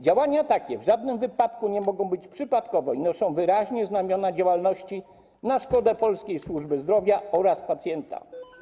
Działania takie w żadnym wypadku nie mogą być przypadkowe i noszą wyraźnie znamiona działalności na szkodę polskiej służby zdrowia oraz pacjenta.